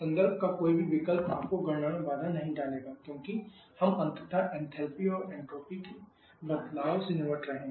संदर्भ का कोई भी विकल्प आपकी गणना में बाधा नहीं डालेगा क्योंकि हम अंततः एंथैल्पी और एंट्रोपी में बदलाव से निपट रहे हैं